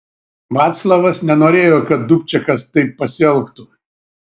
vaclavas nenorėjo kad dubčekas taip pasielgtų